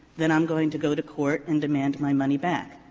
then i'm going to go to court and demand my money back.